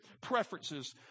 preferences